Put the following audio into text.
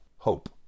Hope